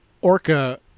orca